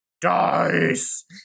dice